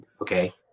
okay